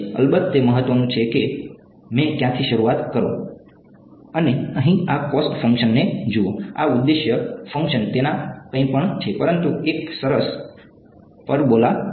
પછી અલબત્ત તે મહત્વનું છે કે મેં ક્યાંથી શરૂઆત કરી અને અહીં આ કોસ્ટ ફંકશનને જુઓ આ ઉદ્દેશ્ય ફંકશન તેના કંઈપણ છે પરંતુ એક સરસ પરબોલા